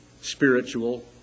spiritual